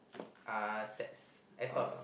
uh Sex Antos